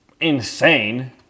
insane